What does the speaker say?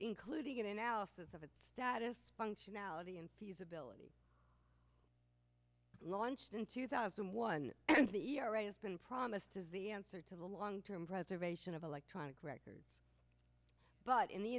including an analysis of its status functionality and feasibility launched in two thousand and one and the iraq has been promised as the answer to the long term preservation of electronic records but in the